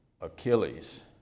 Achilles